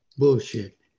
Bullshit